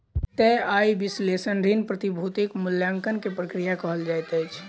तय आय विश्लेषण ऋण, प्रतिभूतिक मूल्याङकन के प्रक्रिया कहल जाइत अछि